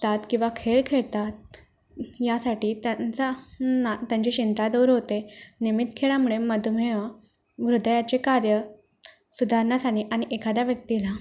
तात किंवा खेळ खेळतात यासाठी त्यांचा ना त्यांच्या चिंता दूर होते नियमित खेळामुळे मधुमेह हृदयाचे कार्य सुधारण्यास आने आणि एखाद्या व्यक्तीला